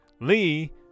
Lee